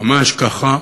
ממש ככה.